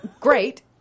great